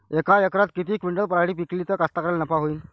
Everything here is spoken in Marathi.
यका एकरात किती क्विंटल पराटी पिकली त कास्तकाराइले नफा होईन?